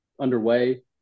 underway